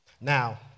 now